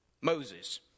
Moses